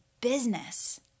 business